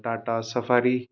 Tata safari